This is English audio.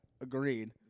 agreed